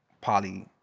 poly